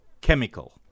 Chemical